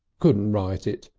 couldn't ride it.